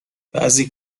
بعضی